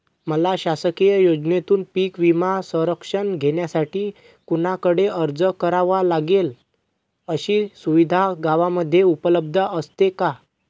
मला शासकीय योजनेतून पीक विमा संरक्षण घेण्यासाठी कुणाकडे अर्ज करावा लागेल? अशी सुविधा गावामध्ये उपलब्ध असते का?